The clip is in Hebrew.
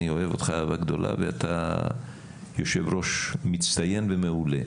אני אוהב אותך אהבה גדולה ואתה יושב ראש מצטיין ומעולה,